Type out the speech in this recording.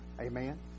amen